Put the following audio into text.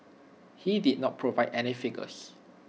he did not provide any figures